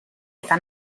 eta